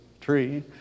tree